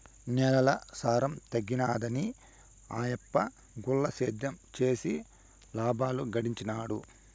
నేలల సారం తగ్గినాదని ఆయప్ప గుల్ల సేద్యం చేసి లాబాలు గడించినాడు